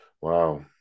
wow